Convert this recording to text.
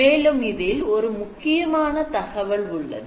மேலும் இதில் ஒரு முக்கியமான தகவல் உள்ளது